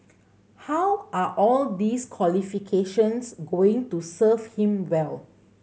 how are all these qualifications going to serve him well